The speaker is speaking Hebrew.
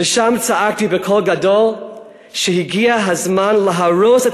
ושם צעקתי בקול גדול שהגיע הזמן להרוס את